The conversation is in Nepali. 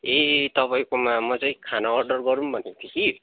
ए तपाईँकोमा मैले खाना अर्डर गरौँ भनेको थिएँ कि